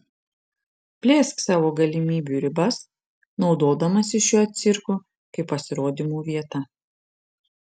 plėsk savo galimybių ribas naudodamasi šiuo cirku kaip pasirodymų vieta